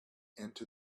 into